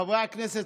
חברי הכנסת,